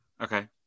Okay